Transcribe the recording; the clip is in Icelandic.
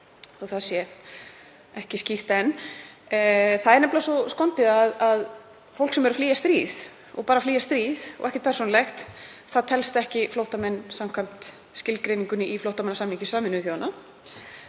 það sé ekki skýrt enn. Það er nefnilega svo skondið að fólk sem er að flýja stríð og bara að flýja stríð, ekkert persónulegt, telst ekki flóttamenn samkvæmt skilgreiningunni í flóttamannasamningi Sameinuðu þjóðanna.